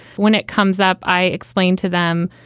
when it comes up, i explain to them,